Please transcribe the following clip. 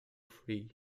free